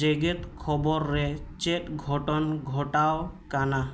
ᱡᱮᱜᱮᱫ ᱠᱷᱚᱵᱚᱨ ᱨᱮ ᱪᱮᱫ ᱜᱷᱚᱴᱚᱱ ᱜᱷᱚᱴᱟᱣ ᱟᱠᱟᱱᱟ